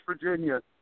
Virginia